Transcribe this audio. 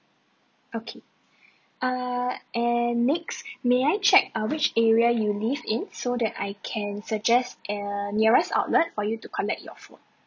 okay err and next may I check uh which area you live in so that I can suggest err nearest outlet for you to collect your phone